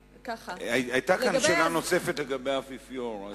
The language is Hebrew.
היתה כאן שאלה נוספת לגבי האפיפיור.